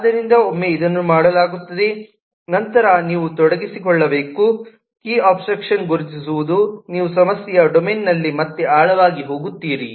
ಆದ್ದರಿಂದ ಒಮ್ಮೆ ಇದನ್ನು ಮಾಡಲಾಗುತ್ತದೆ ನಂತರ ನೀವು ತೊಡಗಿಸಿಕೊಳ್ಳಬೇಕು ಕೀ ಅಬ್ಸ್ಟ್ರಾಕ್ಷನ್ ಗುರುತಿಸುವುದು ನೀವು ಸಮಸ್ಯೆಯ ಡೊಮೇನ್ನಲ್ಲಿ ಮತ್ತೆ ಆಳವಾಗಿ ಹೋಗುತ್ತೀರಿ